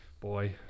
Boy